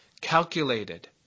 calculated